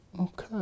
okay